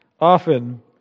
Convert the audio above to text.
often